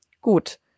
Gut